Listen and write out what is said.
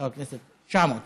חבר הכנסת, 900 יישובים.